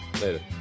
Later